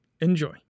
Enjoy